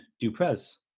Duprez